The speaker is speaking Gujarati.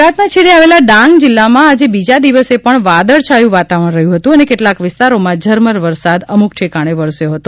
ગુજરાતના છેડે આવેલા ડાંગ જિલ્લામાં આજે બીજા દિવસે પણ વાદળછાયું વાતાવરણ રહ્યું હતું અને કેટલાંક વિસ્તારોમાં ઝરમર વરસાદ અમુક ઠેકાણે વરસ્યો હતો